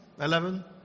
Eleven